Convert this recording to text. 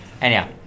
Anyhow